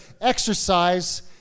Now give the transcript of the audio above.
exercise